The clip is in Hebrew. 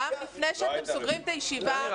רם, לפני שאתם סוגרים את הישיבה,